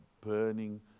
burning